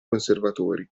conservatori